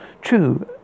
true